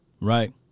right